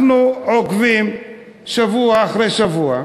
אנחנו עוקבים שבוע אחרי שבוע,